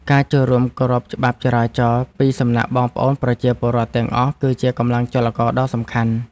ការចូលរួមគោរពច្បាប់ចរាចរណ៍ពីសំណាក់បងប្អូនប្រជាពលរដ្ឋទាំងអស់ គឺជាកម្លាំងចលករដ៏សំខាន់។